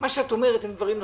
את אומרת דברים נכונים.